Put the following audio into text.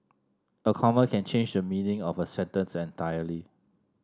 a comma can change the meaning of a sentence entirely